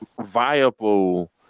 viable